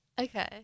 Okay